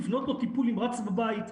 לבנות לו טיפול נמרץ בבית,